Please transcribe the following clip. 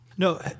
No